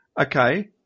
Okay